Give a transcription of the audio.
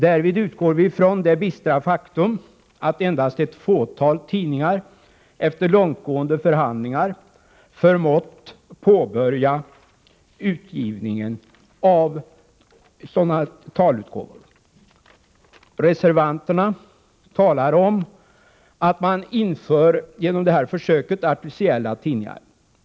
Därvid utgår vi från det bistra faktum att endast ett fåtal tidningar efter långtgående förhandlingar förmått påbörja utgivningen av talutgåva. Reservanterna talar om att man genom det här försöket inför artificiella tidningar.